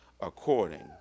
according